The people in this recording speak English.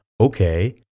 okay